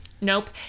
Nope